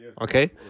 Okay